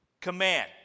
command